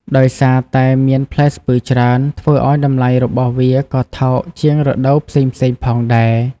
ដោយសារតែមានផ្លែស្ពឺច្រើន ធ្វើឲ្យតម្លៃរបស់វាក៏ថោកជាងរដូវផ្សេងៗផងដែរ។